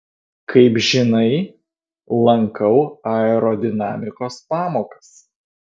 kaip žinai lankau aerodinamikos pamokas